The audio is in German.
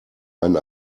einen